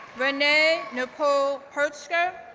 renee nicole purtscher,